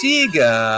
Tiga